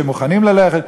שמוכנים ללכת,